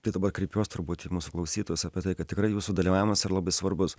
tai dabar kreipiuos turbūt į mūsų klausytojus apie tai kad tikrai jūsų dalyvavimas yra labai svarbus